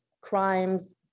crimes